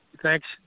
thanks